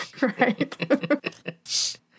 Right